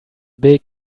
big